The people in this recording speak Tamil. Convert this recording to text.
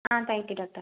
ah thank you doctor